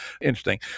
Interesting